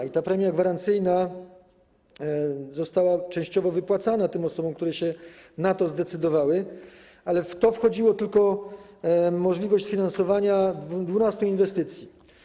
I ta premia gwarancyjna była częściowo wypłacana tym osobom, które się na to zdecydowały, ale w to wchodziła tylko możliwość sfinansowania 12 inwestycji.